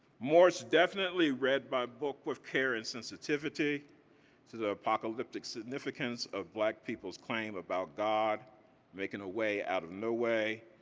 morse definitely read my book with care and sensitivity to the apocalyptic significance of black people's claim about god making a way out of no way,